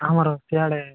ଆମର ସିଆଡ଼େ